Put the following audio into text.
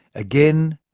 again,